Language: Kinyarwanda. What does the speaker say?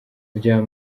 bya